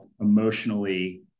emotionally